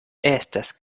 estas